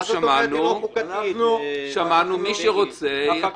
אנחנו שמענו את מי שרוצה -- מה זאת אומרת היא לא חוקתית?